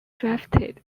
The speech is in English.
drafted